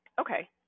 Okay